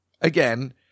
again